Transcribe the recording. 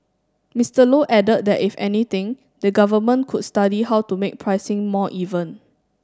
Mister Low added that if anything the Government could study how to make pricing more even